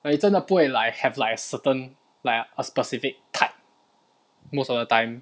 like 你真的不会 like have like a certain like a specific type most of the time